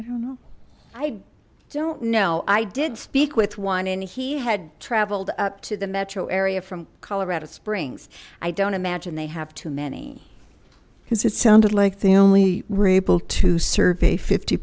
i don't know i don't know i did speak with one and he had traveled up to the metro area from colorado springs i don't imagine they have too many because it sounded like they only were able to serve a fifty